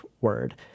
word